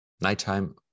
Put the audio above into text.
nighttime